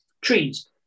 trees